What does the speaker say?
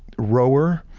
rower,